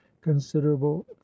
considerable